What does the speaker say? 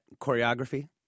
choreography